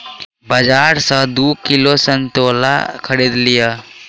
बाजार सॅ दू किलो संतोला खरीद लिअ